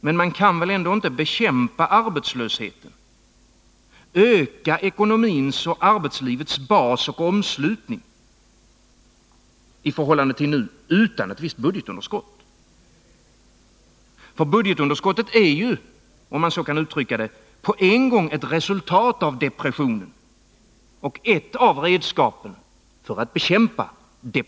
Men man kan välinte bekämpa arbetslösheten, öka ekonomins och arbetslivets bas och omslutning utan ett visst budgetunderskott. Budgetunderskottet är ju på en gång ett resultat av depressionen och ett av redskapen för att bekämpa den.